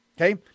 okay